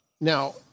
now